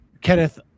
kenneth